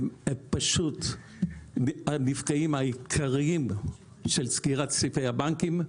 הם פשוט הנפגעים העיקריים של סגירת סניפי הבנקים.